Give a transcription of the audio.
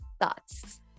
Thoughts